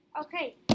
Okay